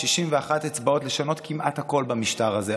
ב-61 אצבעות לשנות כמעט הכול במשטר הזה.